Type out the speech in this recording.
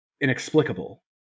inexplicable